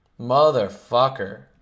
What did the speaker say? Motherfucker